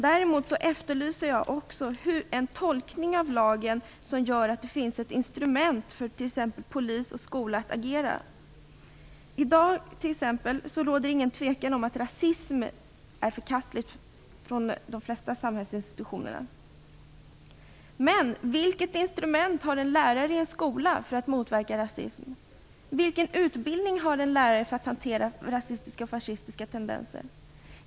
Däremot efterlyser jag en tolkning av lagen som gör att det finns ett instrument för t.ex. polis och skola att agera. I dag råder det inget tvivel om att de flesta samhällsinstitutionerna anser att rasism är förkastligt. Men vilket instrument kan en lärare i en skola använda sig av för att motverka rasism? Vilken utbildning har en lärare för att hantera rasistiska och fascistiska tendenser?